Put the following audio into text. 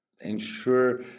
ensure